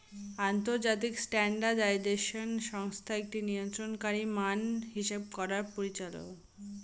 আন্তর্জাতিক স্ট্যান্ডার্ডাইজেশন সংস্থা একটি নিয়ন্ত্রণকারী মান হিসাব করার পরিচালক